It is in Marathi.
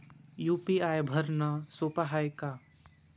यू.पी.आय भरनं सोप हाय का?